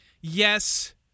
Yes